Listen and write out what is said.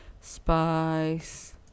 Spice